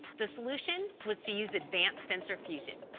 the solution was to use advanced sensor fusion.